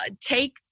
take